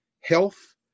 health